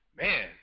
man